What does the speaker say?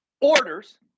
orders